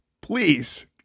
please